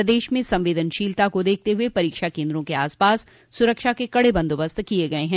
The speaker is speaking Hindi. प्रदेश में संवेदनशीलता को देखते हुए परीक्षा केन्द्रों के आस पास सुरक्षा के कड़े बंदोबस्त किये गये हैं